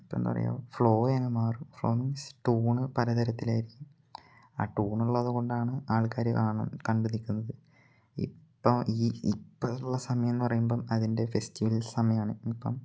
ഇപ്പം എന്താണ് പറയുക ഫ്ലോ അങ്ങ് മാറും ഫ്ലോ മീൻസ് ടൂണ് പല തരത്തിലായിരിക്കും ആ ടൂൺ ഉള്ളത് കൊണ്ടാണ് ആൾക്കാർ കണ്ടു നിൽക്കുന്നത് ഇപ്പം ഈ ഇപ്പം ഉള്ള സമയമെന്നു പറയുമ്പം അതിൻ്റെ ഫെസ്റ്റിവൽ സമയമാണ് ഇപ്പം